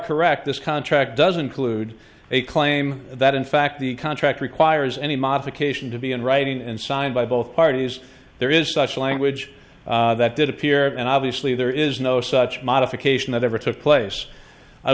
correct this contract doesn't collude a claim that in fact the contract requires any modification to be in writing and signed by both parties there is such language that did appear and obviously there is no such modification that ever took place i